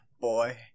Boy